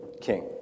king